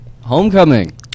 Homecoming